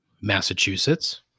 Massachusetts